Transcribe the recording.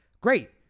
great